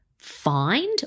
find